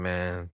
Man